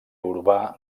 urbà